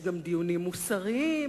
יש גם דיונים מוסריים,